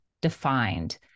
defined